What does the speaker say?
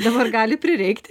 dabar gali prireikti